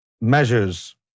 measures